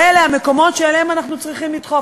ואלה המקומות שאליהם אנחנו צריכים לדחוף.